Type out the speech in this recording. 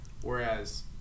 whereas